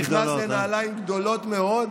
אני נכנס לנעלים גדולות מאוד.